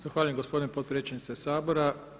Zahvaljujem gospodine potpredsjedniče Sabora.